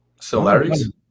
similarities